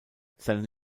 seine